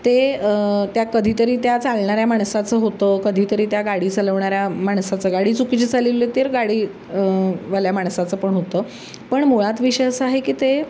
ते त्या कधीतरी त्या चालणाऱ्या माणसाचं होतं कधीतरी त्या गाडी चलवणाऱ्या माणसाचं गाडी चुकीची चालवली तर गाडी वाल्या माणसाचं पण होतं पण मुळात विषय असा आहे की ते